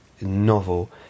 novel